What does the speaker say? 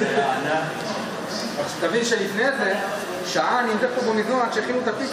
זה רע מאוד, כי הפחם ששורפים אותו בתחנות הכוח,